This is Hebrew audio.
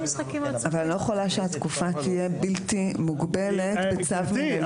אבל אני לא יכולה שהתקופה תהיה בלתי מוגבלת בצו מינהלי.